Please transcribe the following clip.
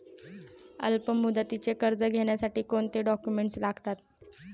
अल्पमुदतीचे कर्ज घेण्यासाठी कोणते डॉक्युमेंट्स लागतात?